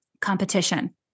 competition